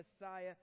Messiah